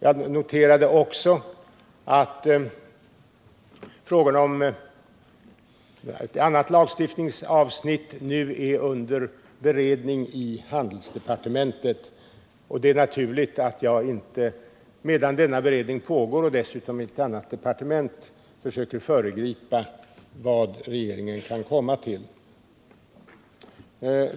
Jag noterade också att ett anrlat lagstiftningsavsnitt nu är under beredning i handelsdepartementet. Det är naturligt att jag inte — medan denna beredning pågår, vilket dessutom sker i ett annat departement — försöker föregripa vad regeringen kan komma fram till.